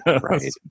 right